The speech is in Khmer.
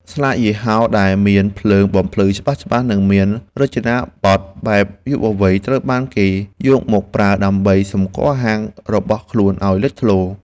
ស្លាកយីហោដែលមានភ្លើងបំភ្លឺច្បាស់ៗ និងមានរចនាប័ទ្មបែបយុវវ័យត្រូវបានគេយកមកប្រើ ដើម្បីសម្គាល់ហាងរបស់ខ្លួនឱ្យលេចធ្លោ។